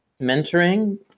mentoring